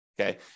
Okay